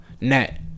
net